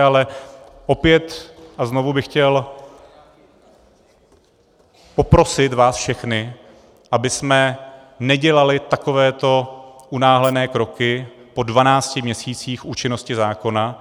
Ale opět a znovu bych chtěl poprosit vás všechny, abychom nedělali takovéto unáhlené kroky po 12 měsících účinnosti zákona.